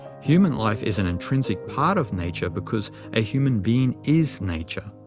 human life is an intrinsic part of nature because a human being is nature.